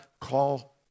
call